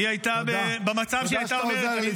תודה שאתה עוזר לי.